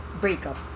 breakup